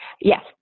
Yes